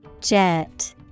Jet